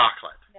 Chocolate